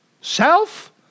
Self